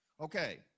Okay